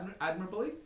admirably